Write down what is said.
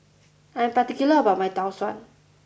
I am particular about my Tau Suan